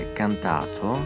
cantato